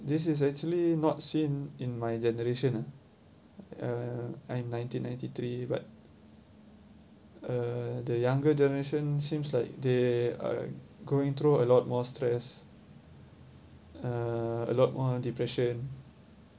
this is actually not seen in my generation ah uh I'm nineteen ninety three but uh the younger generation seems like they are going through a lot more stress uh a lot more depression